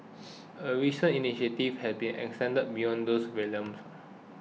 a recent initiative has extended beyond those realms